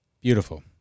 Beautiful